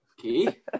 okay